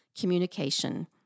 communication